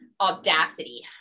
audacity